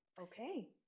okay